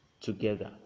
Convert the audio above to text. together